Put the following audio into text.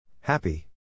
Happy